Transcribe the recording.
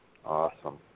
Awesome